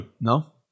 No